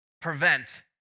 prevent